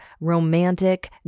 romantic